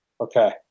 Okay